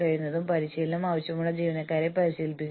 എന്തായാലും അതിനുള്ള സമയമുണ്ടെന്ന് ഞാൻ കരുതുന്നില്ല